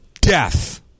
death